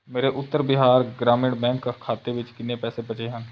ਮੇਰੇ ਉੱਤਰ ਬਿਹਾਰ ਗ੍ਰਾਮੀਣ ਬੈਂਕ ਖਾਤੇ ਵਿੱਚ ਕਿੰਨੇ ਪੈਸੇ ਬਚੇ ਹਨ